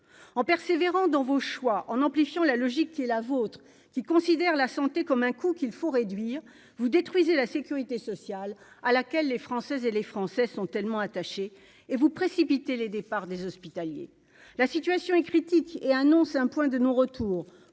en persévérant dans vos choix en amplifiant la logique qui est la vôtre, qui considèrent la santé comme un coup qu'il faut réduire, vous détruisez la sécurité sociale à laquelle les Françaises et les Français sont tellement attachés et vous précipiter les départs des hospitaliers, la situation est critique et annonce un point de non-retour,